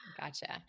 Gotcha